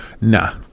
nah